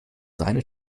seine